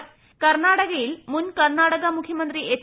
ക്കർണാടകയിൽ മുൻ കർണാടക മുഖ്യമന്ത്രി എച്ച്